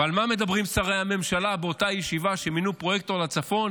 ועל מה מדברים שרי הממשלה באותה ישיבה שבה מינו פרויקטור לצפון?